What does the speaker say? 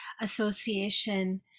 Association